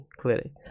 clearly